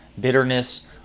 bitterness